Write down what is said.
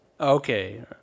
Okay